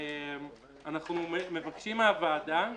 אנחנו מבקשים מהוועדה,